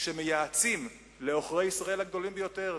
שמייעצים לעוכרי ישראל הגדולים ביותר.